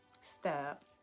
Step